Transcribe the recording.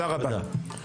תודה רבה.